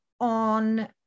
on